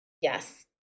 Yes